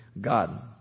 God